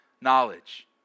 knowledge